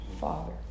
Father